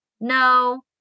no